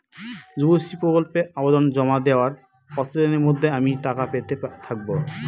যুবশ্রী প্রকল্পে আবেদন জমা দেওয়ার কতদিনের মধ্যে আমি টাকা পেতে থাকব?